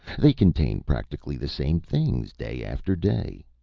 they contain practically the same things day after day.